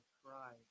cry